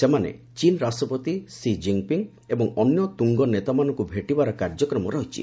ସେମାନେ ଚୀନ ରାଷ୍ଟ୍ରପତି ସିଜିନ୍ପିଙ୍ଗ୍ ଏବଂ ଅନ୍ୟ ତୁଙ୍ଗନେତାମାନଙ୍କୁ ଭେଟିବାର କାର୍ଯ୍ୟକ୍ରମ ରହିଛି